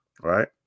right